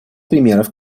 примеров